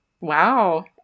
Wow